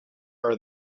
are